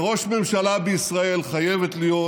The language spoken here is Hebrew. לראש ממשלה בישראל חייבת להיות